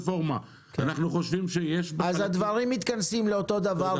אנחנו חושבים שיש בחלק ממנה --- הדברים מתכנסים לאותו דבר.